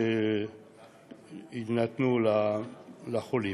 שיינתנו לחולים.